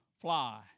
fly